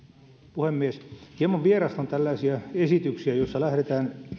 puhemies hieman vierastan tällaisia esityksiä joissa lähdetään